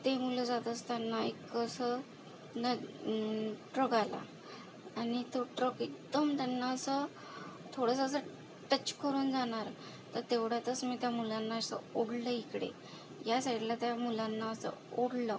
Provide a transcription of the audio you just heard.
ती मुलं जात असताना एक असं ना ट्रक आला आणि तो ट्रक एकदम त्यांना असं थोडंसं असं टच करून जाणार तर तेवढ्यातच मी त्या मुलांना असं ओढलं इकडे या साईडला त्या मुलांना असं ओढलं